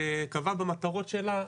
קבעה במטרות שלה,